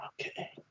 Okay